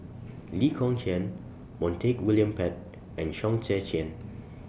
Lee Kong Chian Montague William Pett and Chong Tze Chien